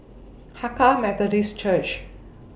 Hakka Methodist Church